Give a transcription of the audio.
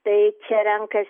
tai čia renkas